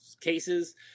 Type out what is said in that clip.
cases